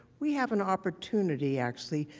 we have an opportunity actually,